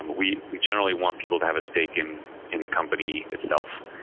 and we we generally want people to have a stake in in the company itself.